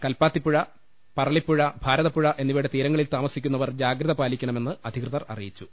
കൽപാ ത്തിപ്പുഴ പറളിപ്പുഴ ഭാരതപ്പുഴ എന്നിവയുടെ തീരങ്ങളിൽ താമ സിക്കുന്നവർ ജാഗ്രത പാലിക്കണമെന്ന് അധികൃതർ അറിയിച്ചു